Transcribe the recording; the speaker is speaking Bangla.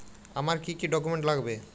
আমার কি কি ডকুমেন্ট লাগবে?